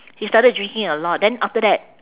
he started drinking a lot then after that